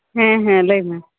ᱦᱮᱸ ᱦᱮᱸ ᱞᱟᱹᱭ ᱢᱮ